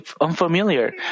unfamiliar